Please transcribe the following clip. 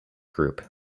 group